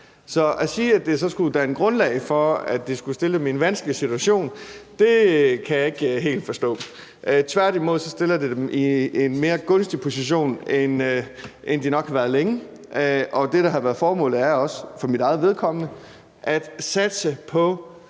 Så at sige, at det så skulle danne grundlag for, at det skulle stille dem i en vanskelig situation, kan jeg ikke helt forstå. Tværtimod stiller det dem i en mere gunstig position, end de nok har været i længe. Det, der har været formålet med det, er også for mit eget vedkommende at satse på